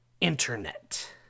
internet